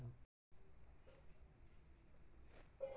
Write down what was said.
पिछला सालेर तुलनात इस बार सलाद पत्तार उपज बेहतर छेक